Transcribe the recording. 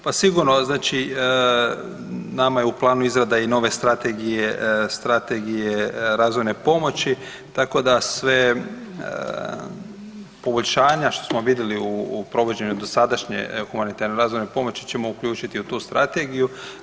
Pa sigurno, znači nama je u planu izrada i nove strategije razvojne pomoći tako da sva poboljšanja što smo vidjeli u provođenju dosadašnje humanitarne razvojne pomoći ćemo uključiti u tu strategiju.